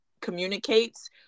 communicates